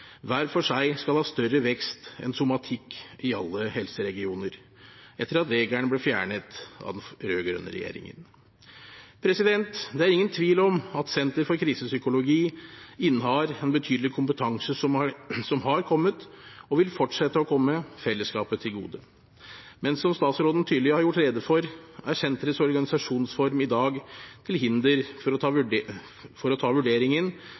hver for seg skal ha større vekst enn somatikk i alle helseregioner, etter at regelen ble fjernet av den rød-grønne regjeringen. Det er ingen tvil om at Senter for Krisepsykologi innehar en betydelig kompetanse som har kommet – og vil fortsette å komme – fellesskapet til gode. Men som statsråden tydelig har gjort rede for, er senterets organisasjonsform i dag til hinder for å ta